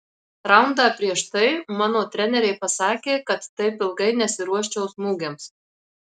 raundą prieš tai mano treneriai pasakė kad taip ilgai nesiruoščiau smūgiams